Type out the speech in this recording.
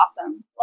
awesome